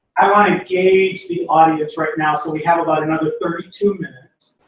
i want to gauge the audience right now, so we have about another thirty two minutes.